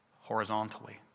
horizontally